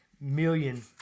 million